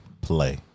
play